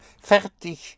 Fertig